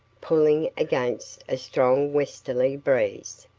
pulling against a strong westerly breeze.